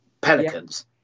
Pelicans